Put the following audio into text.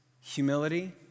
Humility